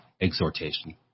exhortation